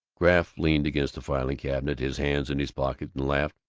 graff leaned against the filing-cabinet, his hands in his pockets, and laughed.